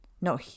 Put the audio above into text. No